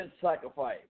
sacrifice